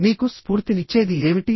మీకు స్ఫూర్తినిచ్చేది ఏమిటి